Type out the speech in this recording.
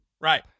Right